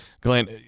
Glenn